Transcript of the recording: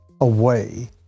away